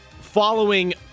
following